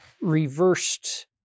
reversed